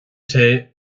tae